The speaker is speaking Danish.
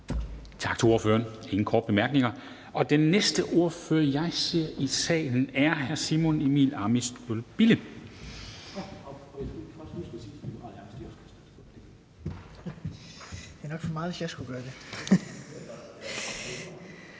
Tak til ordføreren. Der er ingen korte bemærkninger. Så er den næste ordfører, jeg ser i salen, hr. Simon Emil Ammitzbøll-Bille.